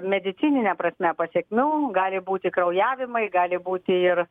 medicinine prasme pasekmių gali būti kraujavimai gali būti ir